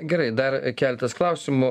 gerai dar keletas klausimų